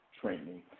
training